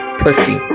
pussy